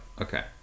Okay